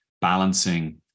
balancing